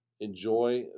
enjoy